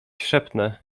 szepnę